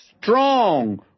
strong